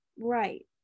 Right